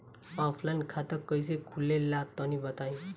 Offline खाता कइसे खुले ला तनि बताई?